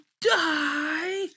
Die